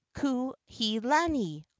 kuhilani